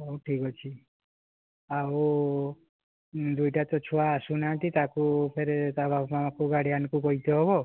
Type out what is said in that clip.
ହେଉ ଠିକ୍ ଅଛି ଆଉ ଦୁଇଟା ତ ଛୁଆ ଆସୁନାହାଁନ୍ତି ତାକୁ ଫେରେ ତାର ବାପା ମାକୁ ଗାର୍ଡ଼ିଆନକୁ କହିତେ ହେବ